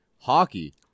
hockey